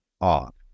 off